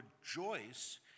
rejoice